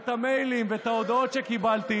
את המיילים ואת ההודעות שקיבלתי